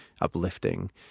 uplifting